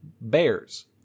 Bears